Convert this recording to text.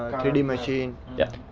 three d machine yeah.